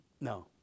no